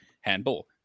handball